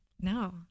No